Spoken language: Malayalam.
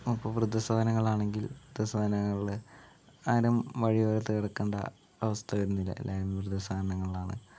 അപ്പോൾ വൃദ്ധസദനങ്ങളാണെങ്കിൽ വൃദ്ധസദനങ്ങളിൽ ആരും വഴിയോരത്ത് കിടക്കേണ്ട അവസ്ഥ വരുന്നില്ല എല്ലാവരും വൃദ്ധസദനങ്ങളിലാണ്